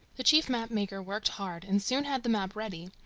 the chief map-maker worked hard, and soon had the map ready,